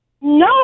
No